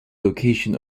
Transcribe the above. location